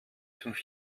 fünf